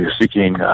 seeking